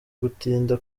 gutinda